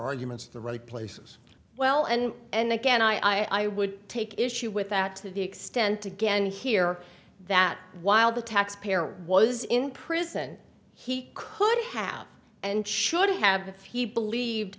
arguments to the right places well and and again i would take issue with that to the extent again here that while the taxpayer was in prison he could have and should have he believed